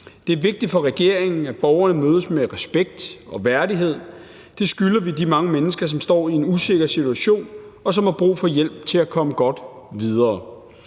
Det er vigtigt for regeringen, at borgerne mødes med respekt og værdighed. Det skylder vi de mange mennesker, som står i en usikker situation, og som har brug for hjælp til at komme godt videre.